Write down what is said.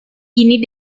ini